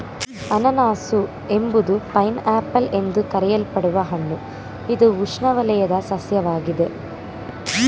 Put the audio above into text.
ಅನನಾಸು ಎಂಬುದು pineapple ಎಂದು ಕರೆಯಲ್ಪಡುವ ಹಣ್ಣು ಇದು ಉಷ್ಣವಲಯದ ಸಸ್ಯವಾಗಿದೆ